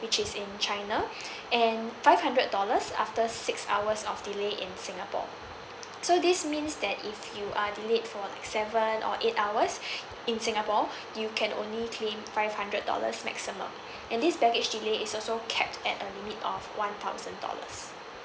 which is in china and five hundred dollars after six hours of delay in singapore so this means that if you are delayed for like seven or eight hours in singapore you can only claim five hundred dollars maximum and this baggage delay is also capped at a limit of one thousand dollars